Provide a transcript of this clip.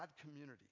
community